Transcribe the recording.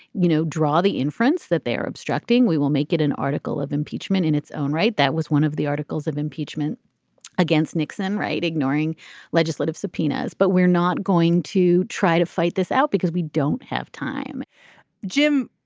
you know, draw the inference that they are obstructing. we will make it an article of impeachment in its own right. that was one of the articles of impeachment against nixon. right. ignoring legislative subpoenas. but we're not going to try to fight this out because we don't have time jim,